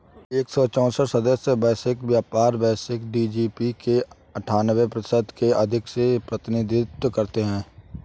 एक सौ चौसठ सदस्य देश वैश्विक व्यापार, वैश्विक जी.डी.पी के अन्ठान्वे प्रतिशत से अधिक का प्रतिनिधित्व करते हैं